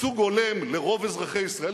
ייצוג הולם לרוב אזרחי ישראל,